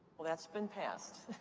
that's been passed.